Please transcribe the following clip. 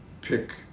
pick